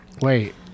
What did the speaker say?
Wait